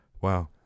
wow